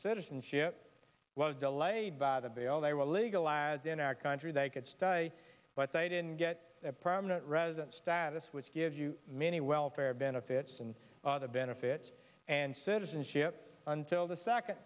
citizenship was delayed by that they all they were legalized in our country they could stay but they didn't get a permanent resident status which gives you many welfare benefits and the benefit it and citizenship until the second